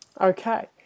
Okay